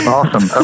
Awesome